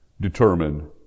determine